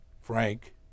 Frank